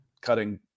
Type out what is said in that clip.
cutting